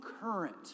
current